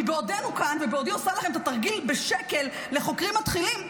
כי בעודנו כאן ובעודי עושה לכם את התרגיל בשקל לחוקרים מתחילים,